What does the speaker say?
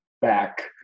back